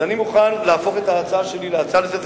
אז אני מוכן להפוך את ההצעה שלי להצעה לסדר-היום,